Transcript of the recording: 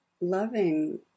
loving